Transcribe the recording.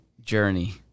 journey